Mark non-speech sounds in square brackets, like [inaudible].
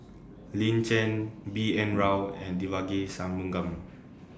Lin Chen B N Rao [noise] and Devagi Sanmugam